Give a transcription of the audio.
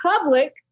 public